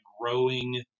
growing